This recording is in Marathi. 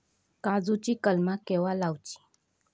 काजुची कलमा केव्हा लावची?